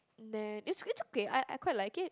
then it's it's okay I I quite like it